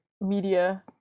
media